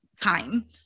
time